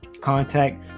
contact